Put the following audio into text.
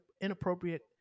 inappropriate